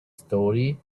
story